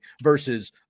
versus